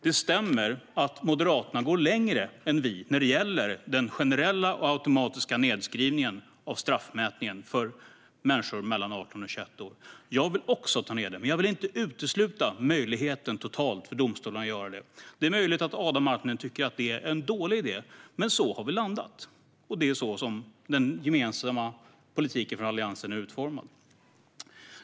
Det stämmer att Moderaterna vill gå längre än vi när det gäller den generella och automatiska nedskrivningen av straffmätningen för människor mellan 18 och 21 år. Jag vill också minska den, men jag vill inte utesluta möjligheten för domstolarna att göra den. Det är möjligt att Adam Marttinen tycker att det är en dålig idé, men så har vi landat, och det är så den gemensamma politiken för Alliansen är utformad.